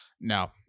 No